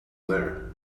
there